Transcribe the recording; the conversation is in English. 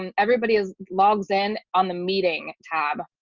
um everybody is logged in on the meeting tab.